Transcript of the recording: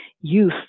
youth